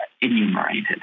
enumerated